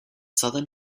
southern